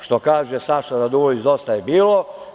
Što kaže Saša Radulović – dosta je bilo.